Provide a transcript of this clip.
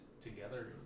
together